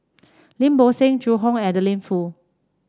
Lim Bo Seng Zhu Hong and Adeline Foo